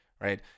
right